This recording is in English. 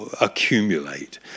accumulate